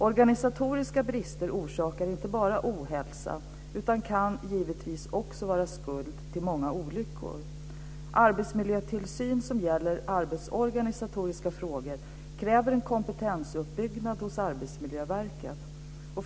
Organisatoriska brister orsakar inte bara ohälsa utan kan givetvis också vara skuld till många olyckor. Arbetsmiljötillsyn som gäller arbetsorganisatoriska frågor kräver en kompetensuppbyggnad hos Arbetsmiljöverket.